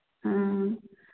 ꯑ